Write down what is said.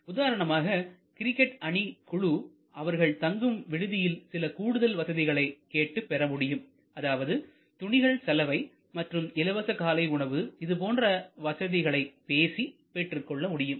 உதாரணமாக கிரிக்கெட் அணி குழு அவர்கள் தங்கும் விடுதியில் சில கூடுதல் வசதிகளை கேட்டுப் பெற முடியும் அதாவது துணிகள் சலவை மற்றும் இலவச காலை உணவு இதுபோன்ற வசதிகளை பேசி பெற்றுக்கொள்ள முடியும்